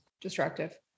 Destructive